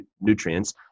nutrients